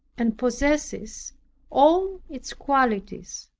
and possesses all its qualities